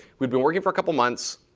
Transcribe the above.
we'd been working for a couple months.